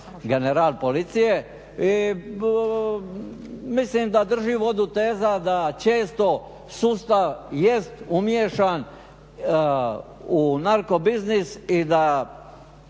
general policije i mislim da drži vodu teza da često sustav jest umiješan u narko biznis i da